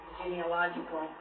genealogical